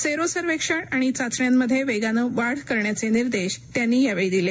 sero सर्वेक्षण आणि चाचण्यांमध्ये वेगानं वाढ करण्याचे निर्देश त्यांनी यावेळी दिले